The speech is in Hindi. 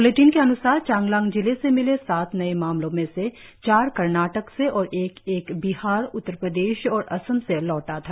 ब्लेटिन के अन्सार चांगलांग जिले से मिले सात नए मामलों में से चार कर्नाटक से और एक एक बिहार उत्तर प्रदेश और असम से लौटा था